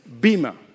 Bima